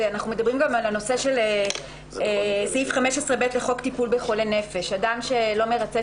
אנחנו מדברים גם על סעיף 15(ב) לחוק טיפול בחולי נפש אדם שלא מרצה